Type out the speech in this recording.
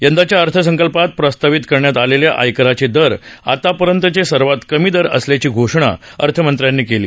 यंदाच्या अर्थसंकल्पात प्रस्तावित करण्यात आलेले आयकराचे दर आतापर्यंतचे सर्वात कमी दर असल्याची घोषणा अर्थमंत्र्यांनी केली